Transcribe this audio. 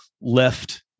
left